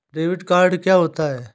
Debit card क्या होता है?